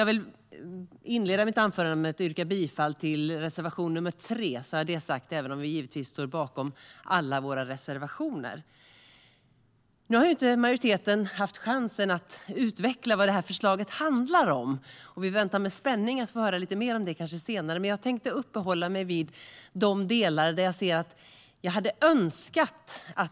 Jag vill inleda mitt anförande med att yrka bifall till reservation nr 3, så har jag det sagt. Vi står givetvis bakom alla våra reservationer. Nu har inte majoriteten haft chansen att utveckla vad förslaget handlar om. Vi väntar med spänning på att få höra lite mer om det senare. Men jag tänkte uppehålla mig vid några delar.